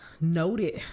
noted